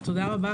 תודה רבה.